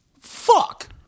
Fuck